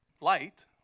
light